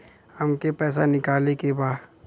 हमके पैसा निकाले के बा